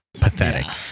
pathetic